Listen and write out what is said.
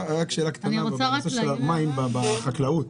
שאלה בנושא מים בחקלאות.